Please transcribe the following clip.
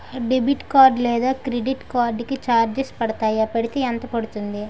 Debit card లేదా credit card కి charges పడతాయా? పడితే ఎంత పడుతుంది?